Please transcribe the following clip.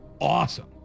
awesome